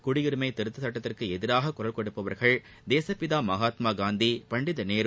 குடியுரிமை திருத்த சுட்டத்திற்கு எதிராகக் குரல் கொடுப்பவர்கள் தேசுப்பிதா மகாத்மா காந்தி பண்டித நேரு